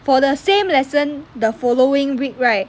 for the same lesson the following week right